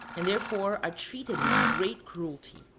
and therefore are treated with great cruelty.